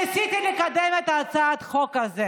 בכנסת העשרים, כאשר ניסיתי לקדם את הצעת החוק הזו,